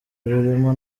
birimo